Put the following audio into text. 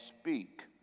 speak